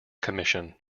commission